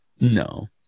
No